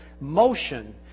motion